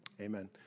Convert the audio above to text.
Amen